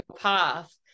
path